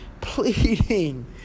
pleading